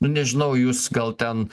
nu nežinau jūs gal ten